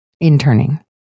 interning